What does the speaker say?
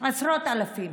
עשרות אלפים,